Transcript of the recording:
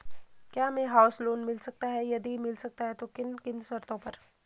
क्या हमें house loan मिल सकता है यदि मिल सकता है तो किन किन शर्तों पर?